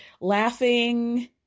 laughing